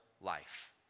life